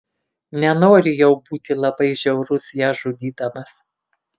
nenori jau būti labai žiaurus ją žudydamas